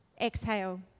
exhale